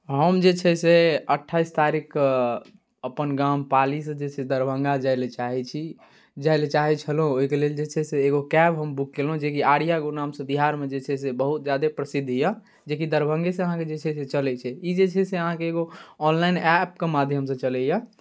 हम जे छै से अठाइस तारीखकेँ अपन गाम पालीसँ जे छै दरभंगा जाय लेल चाहै छी जाय लेल चाहै छलहुँ ओहिके लेल जे छै से एगो कैब हम बुक कयलहुँ जेकि आर्या गो नामसँ बिहारमे जे छै से बहुत ज्यादे प्रसिद्ध यए जेकि दरभंगेसँ अहाँके जे छै से चलै छै ई जे छै से अहाँके एगो ऑनलाइन एप्पके माध्यमसँ चलैए